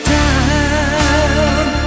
time